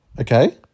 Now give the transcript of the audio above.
Okay